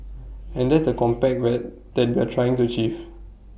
and that's the compact wet that we're trying to achieve